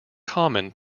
common